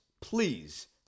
please